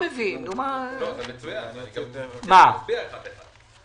זה מצוין שזה מופיע אחת אחת.